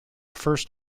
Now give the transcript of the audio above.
first